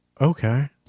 Okay